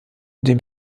dem